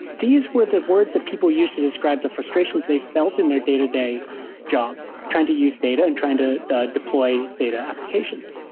these were the words that people used to describe the frustrations they felt in their day-to-day job trying to use data and trying to deploy data applications.